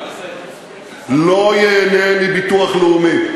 לא ייהנה מביטוח לאומי,